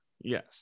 Yes